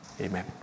Amen